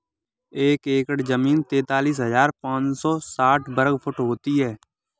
एक एकड़ जमीन तैंतालीस हजार पांच सौ साठ वर्ग फुट होती है